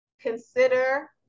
Consider